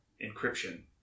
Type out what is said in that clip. encryption